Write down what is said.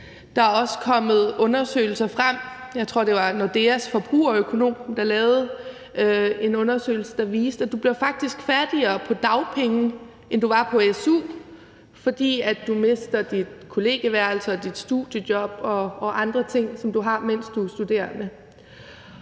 Der er også kommet undersøgelser frem. Jeg tror, at det var Nordeas forbrugerøkonom, der lavede en undersøgelse, der viste, at du faktisk bliver fattigere på dagpenge, end du var på su, fordi du mister dit kollegieværelse og dit studiejob og andre ting, som du har, mens du er studerende.